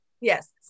yes